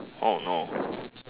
oh no